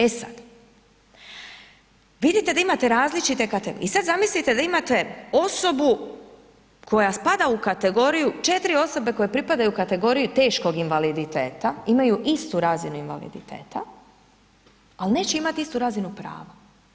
E sad, vidite da imate različite kategorije i sad zamislite da imate osobu koja spada u kategoriju, 4 osobe koje pripadaju kategoriji teškog invaliditeta, imaju istu razinu invaliditeta, ali neće imati istu razinu prava.